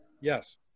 Yes